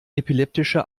epileptische